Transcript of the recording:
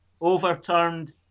overturned